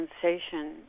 sensation